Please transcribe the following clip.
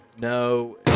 No